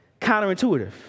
counterintuitive